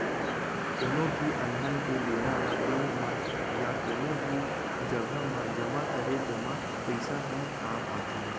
कोनो भी अलहन के बेरा म बेंक म या कोनो भी जघा म जमा करे जमा पइसा ह काम आथे